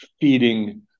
feeding